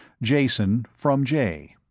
jason from jay.